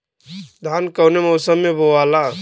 धान कौने मौसम मे बोआला?